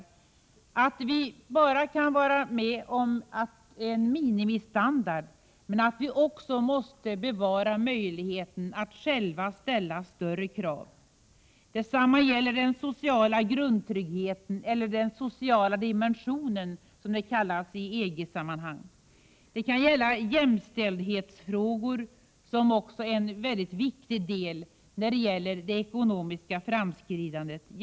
Vi kan nödgas gå med på en minimistandard, men vi måste också bevara möjligheten att själva 2 ställa större krav. Detsamma gäller den sociala grundtryggheten eller den sociala dimensionen, som det kallas i EG-sammanhang. Det kan vara fråga om t.ex. grundtrygghet och jämställdhet mellan män och kvinnor, som också är en mycket viktig del när det gäller det ekonomiska framåtskridandet.